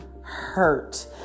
hurt